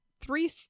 three